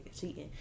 cheating